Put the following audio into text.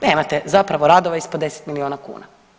Nemate zapravo radova ispod 10 milijuna kuna.